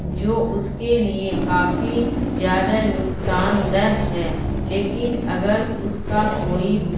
جو اس کے لیے کافی زیادہ نقصان دہ ہے لیکن اگر اس کا کوئی